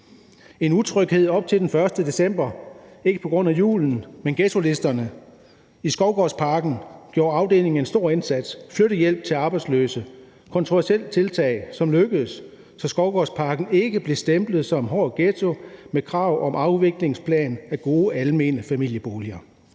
en utryghed op til den 1. december ikke på grund af julen, men på grund af ghettolisterne. I Skovgårdsparken gjorde afdelingen en stor indsats: flyttehjælp til arbejdsløse. Et kontroversielt tiltag som lykkedes, så Skovgårdsparken ikke blev stemplet som en hård ghetto med krav om en afviklingsplan for gode almene familieboliger.